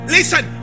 Listen